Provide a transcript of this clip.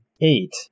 eight